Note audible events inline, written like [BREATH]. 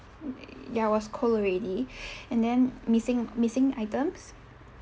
ya was cold already [BREATH] and then missing missing items